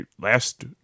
last